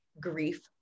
grief